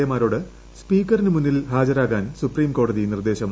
എമാരോട് സ്പീക്കറിനു മുന്നിൽ ഹാജരാകാൻ സുപ്രീംകോടതി നിർദ്ദേശം